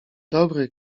dobry